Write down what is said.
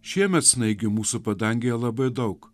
šiemet snaigių mūsų padangėje labai daug